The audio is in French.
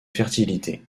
fertilité